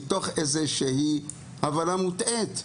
מתוך איזו שהיא הבנה מוטעית,